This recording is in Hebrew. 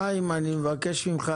חיים, אני מבקש ממך.